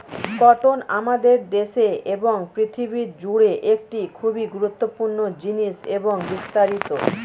cotton আমাদের দেশে এবং পৃথিবী জুড়ে একটি খুবই গুরুত্বপূর্ণ জিনিস এবং বিস্তারিত